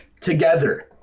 together